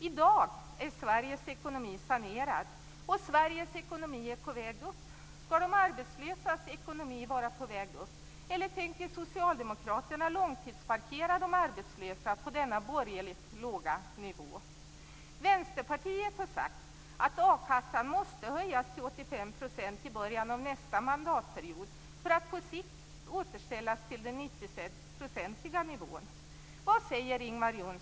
I dag är Sveriges ekonomi sanerad och på väg upp. Skall de arbetslösas ekonomi vara på väg upp, eller tänker socialdemokraterna långtidsparkera de arbetslösa på denna borgerligt låga nivå? Vänsterpartiet har sagt att a-kassan måste höjas till 85 % i början av nästa mandatperiod för att på sikt återställas till den 90-procentiga nivån.